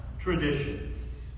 traditions